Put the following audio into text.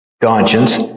conscience